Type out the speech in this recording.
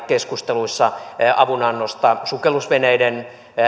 keskusteluissa avunannosta ruotsin